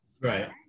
Right